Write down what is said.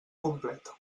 completa